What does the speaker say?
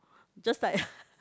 just like